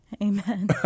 Amen